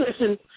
listen